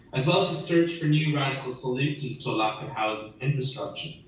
as well as the search for new radical solutions to a lack of housing infrastructure.